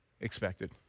expected